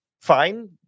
fine